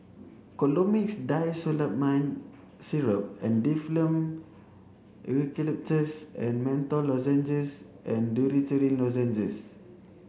Colimix Dicyclomine Syrup and Difflam Eucalyptus and Menthol Lozenges and Dorithricin Lozenges